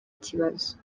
kibazo